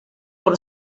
por